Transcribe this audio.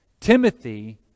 Timothy